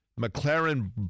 McLaren